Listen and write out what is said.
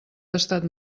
tastat